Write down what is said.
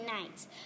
nights